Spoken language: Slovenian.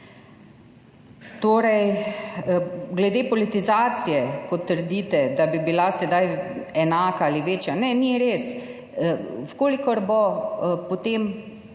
Glede politizacije, ko trdite, da bi bila sedaj enaka ali večja – ne, ni res. V kolikor bo sedaj